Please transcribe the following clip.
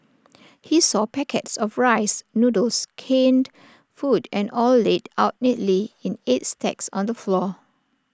he saw packets of rice noodles canned food and oil laid out neatly in eight stacks on the floor